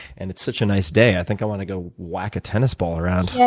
and it's such a nice day, i think i want to go whack a tennis ball around. yeah